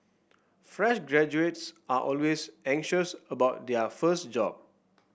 fresh graduates are always anxious about their first job